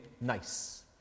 nice